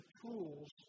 tools